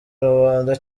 rubanda